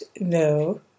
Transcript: No